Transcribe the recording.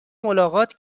ملاقات